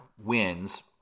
Wins